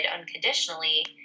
unconditionally